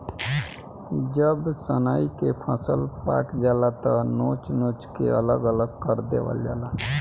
जब सनइ के फसल पाक जाला त नोच नोच के अलग कर देवल जाला